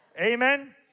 Amen